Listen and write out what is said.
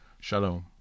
Shalom